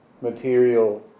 material